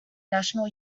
national